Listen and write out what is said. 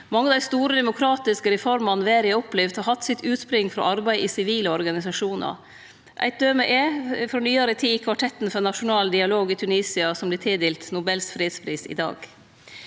Mange av dei store demokratiske reformene verda har opplevd, har hatt utspring i arbeid i sivile organisasjonar. Eit døme frå nyare tid er Kvartetten for nasjonal dialog i Tunisia, som vert tildelt Nobels fredspris i dag.